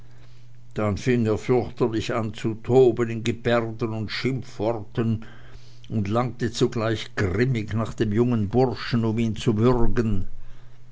dann fing er fürchterlich an zu toben in gebärden und schimpfworten und langte zugleich grimmig nach dem jungen burschen um ihn zu würgen